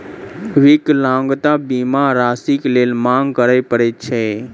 विकलांगता बीमा राशिक लेल मांग करय पड़ैत छै